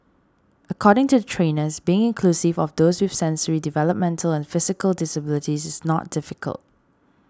according to the trainers being inclusive of those with sensory developmental and physical disabilities is not difficult